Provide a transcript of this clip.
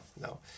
no